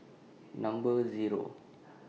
Number Zero